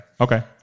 okay